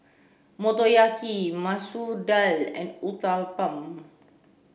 Motoyaki Masoor Dal and Uthapam